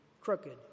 crooked